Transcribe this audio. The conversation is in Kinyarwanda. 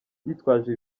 bitwaje